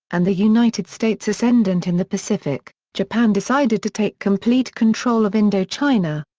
and the united states ascendant in the pacific, japan decided to take complete control of indochina.